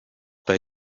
bei